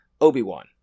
Obi-Wan